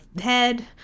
head